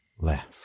left